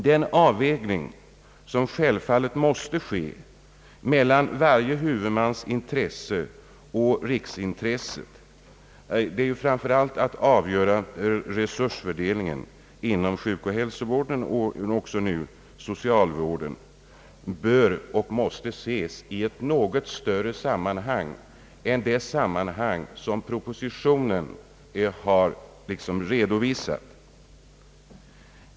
Den avvägning som självfallet måste ske mellan varje huvudmans intressen och riksintresset gäller framför allt resursfördelningen inom sjukoch hälsovården och nu även socialvården. Den bör och måste ses i ett något större sammanhang än det sammanhang som propositionen angett.